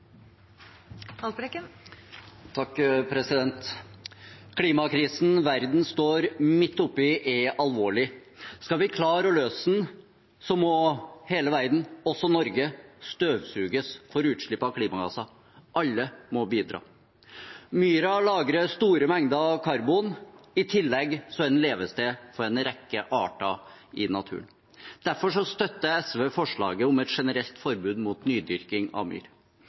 alvorlig. Skal vi klare å løse den, må hele verden, også Norge, støvsuges for utslipp av klimagasser. Alle må bidra. Myra lagrer store mengder av karbon, og i tillegg er den levested for en rekke arter i naturen. Derfor støtter SV forslaget om et generelt forbud mot nydyrking av myr.